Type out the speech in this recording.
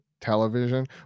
television